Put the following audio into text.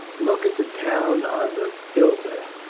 look at the town on the hill there.